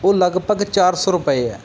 ਉਹ ਲਗਭਗ ਚਾਰ ਸੌ ਰੁਪਏ ਹੈ